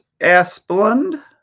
Asplund